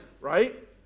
Right